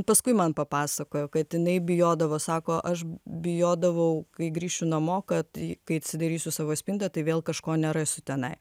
paskui man papasakojo kad jinai bijodavo sako aš bijodavau kai grįšiu namo kad kai atsidarysiu savo spintą tai vėl kažko nerasiu tenai